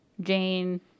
Jane